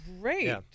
great